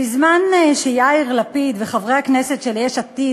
בזמן שיאיר לפיד וחברי הכנסת של יש עתיד